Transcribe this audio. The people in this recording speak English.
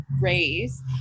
raise